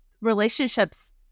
relationships